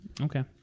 Okay